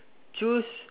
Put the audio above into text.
choose